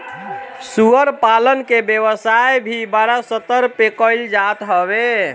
सूअर पालन के व्यवसाय भी बड़ स्तर पे कईल जात हवे